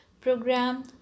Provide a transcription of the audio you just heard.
program